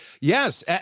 Yes